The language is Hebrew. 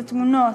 אלה תמונות.